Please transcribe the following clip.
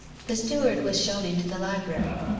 the steward was shown into the library.